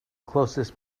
closest